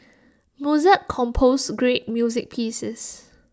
Mozart composed great music pieces